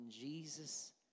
Jesus